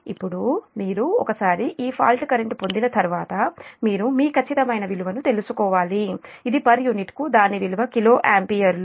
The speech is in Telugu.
ఇప్పుడు మీరు ఒకసారి ఈ ఫాల్ట్ కరెంట్ పొందిన తర్వాత మీరు మీ ఖచ్చితమైన విలువను తెలుసుకోవాలి ఇది పర్ యూనిట్కు దాని విలువ కిలో ఆంపియర్లో